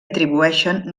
atribueixen